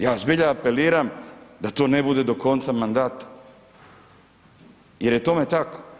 Ja zbilja apeliram da to ne bude do konca mandata jer je tome tako.